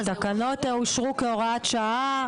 התקנות אושרו כהוראת שעה.